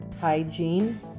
hygiene